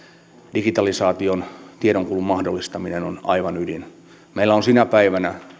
digitalisaation tiedonkulun mahdollistaminen on aivan ydin meillä on sinä päivänä